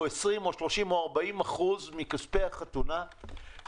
20% או 30% או 40% מכספי החתונה,